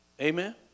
Amen